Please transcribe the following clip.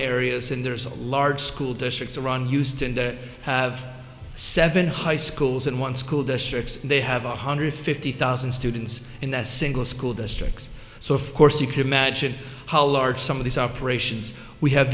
areas and there's a large school district around houston that have seven high schools and one school districts they have one hundred fifty thousand students in that single school districts so of course you can imagine how large some of these operations we have